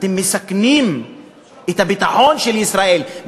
אתם מסכנים את הביטחון של ישראל,